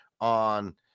on